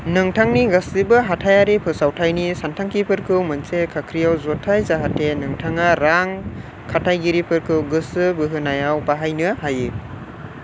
नोंथांनि गासिबो हाथाइआरि फोसावथायनि सानथांखिफोरखौ मोनसे खाख्रियाव जथाइ जाहाते नोंथाङा रां खाथायगिरिफोरखौ गोसो बोहोनायाव बाहायनो हायो